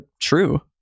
true